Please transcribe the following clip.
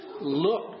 look